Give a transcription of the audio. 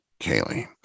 Kaylee